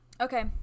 okay